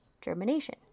germination